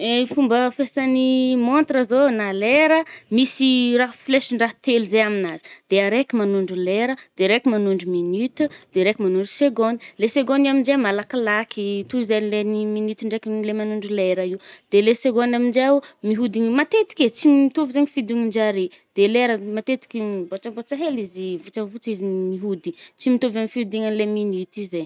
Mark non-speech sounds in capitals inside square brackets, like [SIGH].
[HESITATION] Fomba fiasàn’ny montre zao na leraha a, misy [HESITATION] raha flesin-draha telo zay aminazy. De areky manondro lera, de reky manondro minute, de reky manondro seconde. Le segondy aminje malakilaky toizan’ le min-minute ndrekin’le manondro lera io. De le seconde aminjeo, mihodigny matetiky e, tsy [HESITATION] mitovy zaigny fiodinin-jare. De lera matetiky bôtsabôtsa hely izy, votsavotsa izy mihody. Tsy mitovy amy fiodinan’le minity izay.